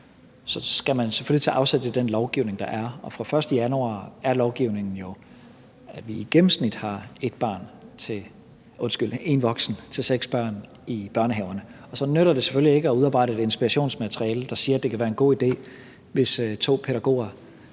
skal man selvfølgelig tage afsæt i den lovgivning, der er. Fra den 1. januar er lovgivningen jo, at vi i gennemsnit har én voksen til seks børn i børnehaverne, og så nytter det selvfølgelig ikke at udarbejde inspirationsmateriale, der siger, at det kan være en god idé, hvis to pædagoger